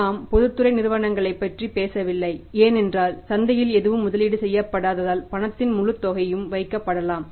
நாம் பொதுத்துறை நிறுவனங்களைப் பற்றி பேசவில்லை ஏனென்றால் சந்தையில் எதுவும் முதலீடு செய்யப்படாததால் பணத்தின் முழுத் தொகையும் வைக்கப்படலாம்